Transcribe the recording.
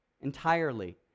entirely